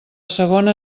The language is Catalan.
segona